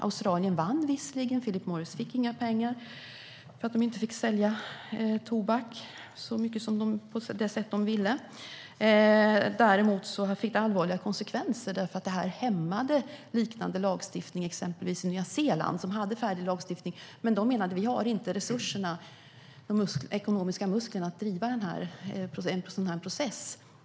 Australien vann visserligen, och Philip Morris fick inga pengar för att man inte fick sälja tobak på det sätt man ville. Det fick dock allvarliga konsekvenser. Det hämmade liknande lagstiftning i exempelvis Nya Zeeland. Där hade man en färdig lagstiftning men menade att man inte hade de ekonomiska musklerna att driva en sådan långvarig process.